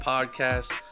Podcast